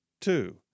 Two